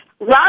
Rob